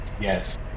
yes